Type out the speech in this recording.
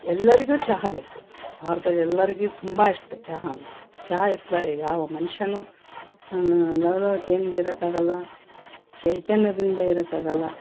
ಎಲ್ಲರಿಗೂ ಚಹಾ ಬೇಕು ಭಾರತದಲ್ಲಿ ಎಲ್ಲರಿಗೂ ತುಂಬಾ ಇಷ್ಟ ಚಹಾ ಅಂದ್ರ ಚಹಾ ಇರ್ದ ಯಾವ ಮನುಷ್ಯನೂ ಲವ್ಲವಿಕೆಯಿಂದ ಇರೋಕ್ಕಾಗಲ್ಲ ಚೈತನ್ಯದಿಂದ ಇರೋಕ್ಕಾಗಲ್ಲ